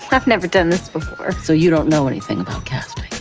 so i've never done this before. so you don't know anything about casting.